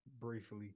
briefly